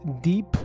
deep